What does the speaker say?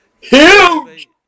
huge